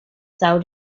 thought